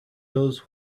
does